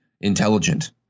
intelligent